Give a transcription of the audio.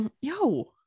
Yo